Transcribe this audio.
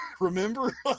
Remember